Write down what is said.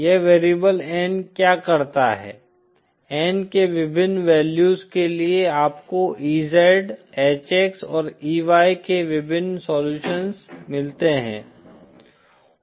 यह variable N क्या करता है N के विभिन्न वैल्यूज के लिए आपको EZ HX और EY के विभिन्न सोल्युशन्स मिलते हैं